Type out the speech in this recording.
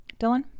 Dylan